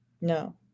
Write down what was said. No